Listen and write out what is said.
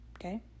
Okay